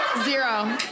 Zero